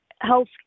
health